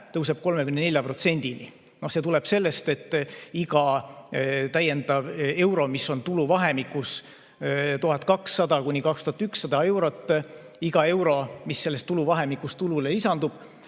tõuseb 34%‑ni. See tuleb sellest, et iga täiendav euro, mis on tuluvahemikus 1200–2100 eurot – iga euro, mis selles tuluvahemikus tulule lisandub,